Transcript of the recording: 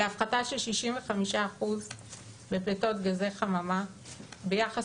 להפחתה של 65% בפליטות גזי חממה ביחס